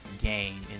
game